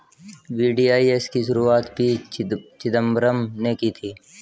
VDIS की शुरुआत P Chidambaram ने की थी